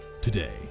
today